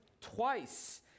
twice